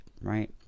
right